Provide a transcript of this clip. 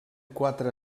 quatre